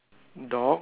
dog